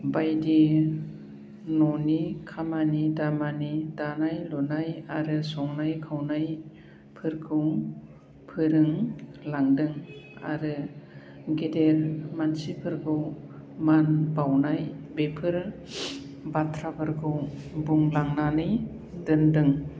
बायदि न'नि खामानि दामानि दानाय लुनाय आरो संनाय खावनायफोरखौ फोरोंलांदों आरो गेदेर मानसिफोरखौ मान बाउनाय बेफोर बाथ्राफोरखौ बुंलांनानै दोन्दों